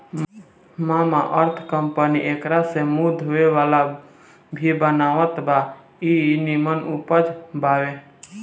Mamaearth company एकरा से मुंह धोए वाला भी बनावत बा इ निमन उपज बावे